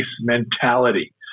mentality